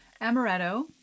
amaretto